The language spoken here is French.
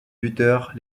buteurs